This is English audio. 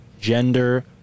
gender